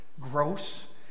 gross